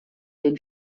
den